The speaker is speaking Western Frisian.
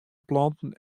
planten